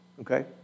Okay